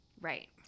Right